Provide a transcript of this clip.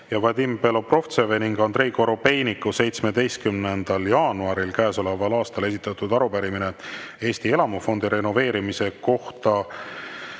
Vadim Belobrovtsevi ja Andrei Korobeiniku 17. jaanuaril käesoleval aastal esitatud arupärimine Eesti elamufondi renoveerimise kohta.